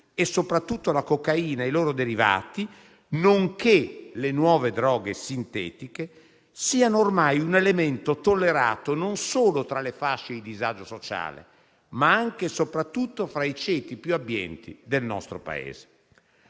e soprattutto la cocaina e loro derivati, nonché le nuove droghe sintetiche, siano ormai un elemento tollerato non solo tra le fasce di disagio sociale, ma anche e soprattutto fra i ceti più abbienti del nostro Paese.